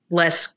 less